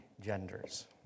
genders